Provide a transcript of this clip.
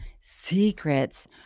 secrets